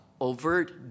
overt